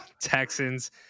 texans